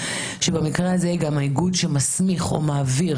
השולחן: הלשכה לא רוצה הרבה עורכי